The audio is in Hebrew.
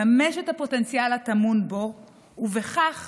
לממש את הפוטנציאל הטמון בו ובכך